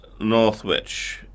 Northwich